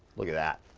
look at that.